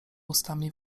ustami